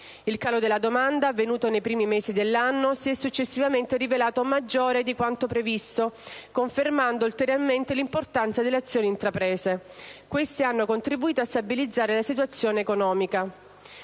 Il calo della domanda, avvenuto nei primi mesi dell'anno, si è successivamente rivelato maggiore di quanto previsto, confermando ulteriormente l'importanza delle azioni intraprese. Queste ultime hanno contribuito a stabilizzare la situazione economica